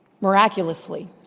miraculously